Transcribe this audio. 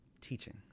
teaching